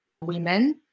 women